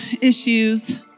issues